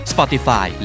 Spotify